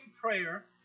prayer